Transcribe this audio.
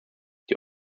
die